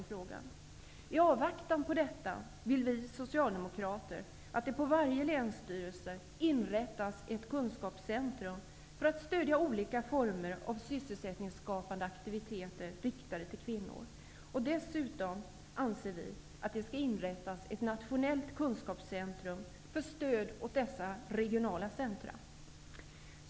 I avvaktan på detta vill vi socialdemokrater att det på varje länsstyrelse inrättas ett kunskapscentrum för att stödja olika former av sysselsättningsskapande aktiviteter riktade till kvinnor. Dessutom anser vi att det skall inrättas ett nationellt kunskapscentrum för stöd åt dessa regionala centra.